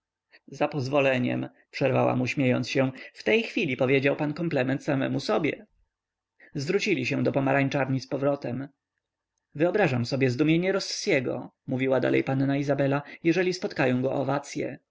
za pozwoleniem przerwała mu śmiejąc się w tej chwili powiedział pan komplement samemu sobie zwrócili się od pomarańczarni z powrotem wyobrażam sobie zdumienie rossiego mówiła dalej panna izabela jeżeli spotkają go owacye